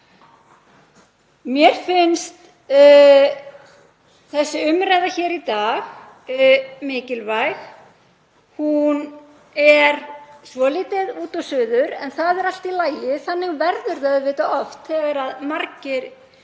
Mér finnst þessi umræða hér í dag mikilvæg. Hún er svolítið út og suður en það er allt í lagi. Þannig verður það auðvitað oft þegar margir